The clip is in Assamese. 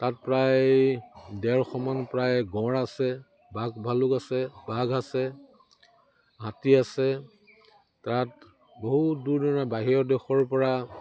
তাত প্ৰায় ডেৰশ মান প্ৰায় গঁড় আছে বাঘ ভালুক আছে বাঘ আছে হাতী আছে তাত বহুত দূৰ দূৰ বাহিৰৰ দেশৰ পৰা